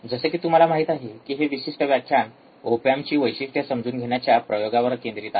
जसे की तुम्हाला माहित आहे की हे विशिष्ट व्याख्यान ओप एम्पची वैशिष्ट्ये समजून घेण्याच्या प्रयोगावर केंद्रित आहे